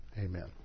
Amen